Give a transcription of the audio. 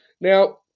Now